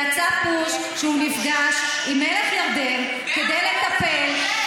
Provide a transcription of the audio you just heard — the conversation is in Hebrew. יצא פוש שהוא נפגש עם מלך ירדן כדי לטפל,